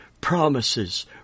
promises